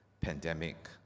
pandemic